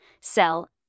sell